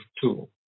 tool